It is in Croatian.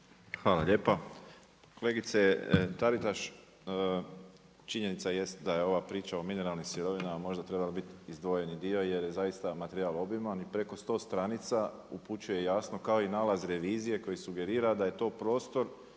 Hvala lijepa. Kolegice Taritaš, činjenica jest da je ova priča o mineralnim sirovinama možda trebala bit izdvojeni dio jer je zaista materijal obiman i preko 100 stranica upućuje jasno kao i nalaz revizije koji sugerira da je to prostor